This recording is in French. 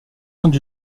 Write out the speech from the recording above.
soins